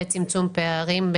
בצמצום פערים,